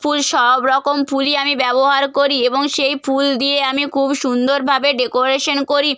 ফুল সব রকম ফুলই আমি ব্যবহার করি এবং সেই ফুল দিয়ে আমি খুব সুন্দরভাবে ডেকোরেশন করি